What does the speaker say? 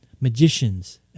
magicians